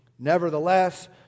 Nevertheless